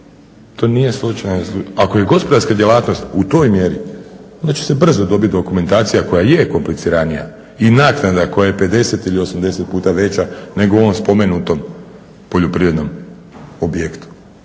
socijalni slučaj. Ako je gospodarska djelatnost u toj mjeri onda će se brzo dobiti dokumentacija koja je kompliciranija i naknada koja je 50 ili 80 puta veća nego u ovom spomenutom poljoprivrednom objektu.